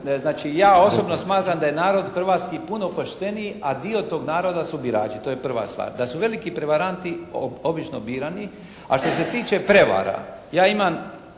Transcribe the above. znači ja osobno smatram da je narod hrvatski puno pošteniji, a dio tog naroda su birači. To je prva stvar. Da su veliki prevaranti obično birani. A što se tiče prevara, ja imam